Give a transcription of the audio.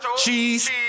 Cheese